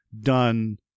done